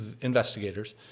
investigators